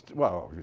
well,